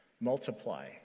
multiply